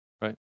Right